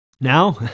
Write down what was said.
Now